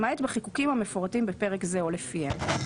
למעט בחיקוקים המפורטים בפרק זה או לפיהם.